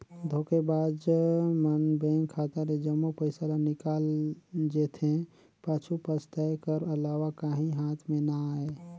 धोखेबाज मन बेंक खाता ले जम्मो पइसा ल निकाल जेथे, पाछू पसताए कर अलावा काहीं हाथ में ना आए